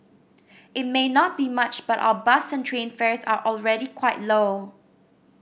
it may not be much but our bus and train fares are already quite low